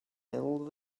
handle